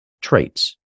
traits